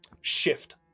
shift